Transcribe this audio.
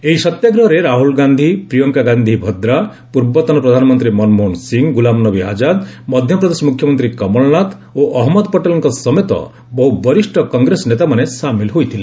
ଏହି ସତ୍ୟାଗ୍ରହରେ ରାହୁଲ ଗାନ୍ଧି ପ୍ରିୟଙ୍କା ଗାନ୍ଧି ଭଦ୍ରା ପୂର୍ବତନ ପ୍ରଧାନମନ୍ତ୍ରୀ ମନମୋହନ ସିଂହ ଗୁଲାମନବୀ ଆଜାଦ ମଧ୍ୟପ୍ରଦେଶ ମୁଖ୍ୟମନ୍ତ୍ରୀ କମଲ ନାଥ ଓ ଅହନ୍ନଦ ପଟେଲଙ୍କ ସମେତ ବହୁ ବରିଷ୍ଠ କଂଗ୍ରେସ ନେତାମାନେ ସାମିଲ ହୋଇଥିଲେ